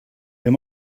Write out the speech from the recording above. your